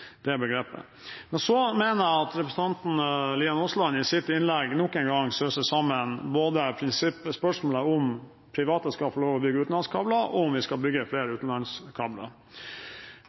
begrepet. Jeg mener at representanten Aasland i sitt innlegg nok en gang sauser sammen prinsippspørsmålet om private skal få lov til å bygge utenlandskabler, og om vi skal bygge flere utenlandskabler.